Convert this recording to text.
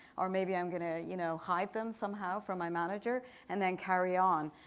or maybe i'm going to you know hide them somehow from my manager and then carry on.